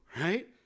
right